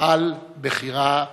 על בחירה זו.